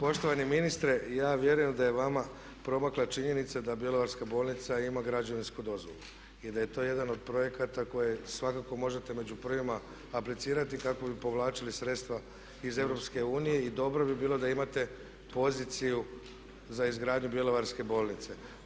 Poštovani ministre ja vjerujem da je vama promakla činjenica da bjelovarska bolnica ima građevinsku dozvolu i da je to jedan od projekata koje svakako možete među prvima aplicirati kako bi povlačili sredstva iz EU i dobro bi bilo da imate poziciju za izgradnju bjelovarske bolnice.